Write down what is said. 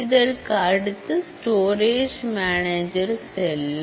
இதற்கு அடுத்து storage manager செல்லும்